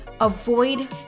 avoid